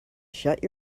shut